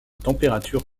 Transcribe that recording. température